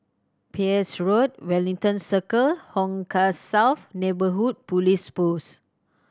Peirce Road Wellington Circle Hong Kah South Neighbourhood Police Post